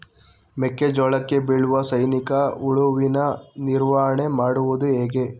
ಮೆಕ್ಕೆ ಜೋಳಕ್ಕೆ ಬೀಳುವ ಸೈನಿಕ ಹುಳುವಿನ ನಿರ್ವಹಣೆ ಮಾಡುವುದು ಹೇಗೆ?